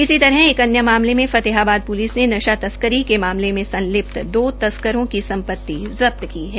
इसी तरह एक अन्य मामले में फतेहाबद पुलिस ने नशा तस्कर के मामले में संलिप्त दो तस्कों की सम्पति जब्ज की है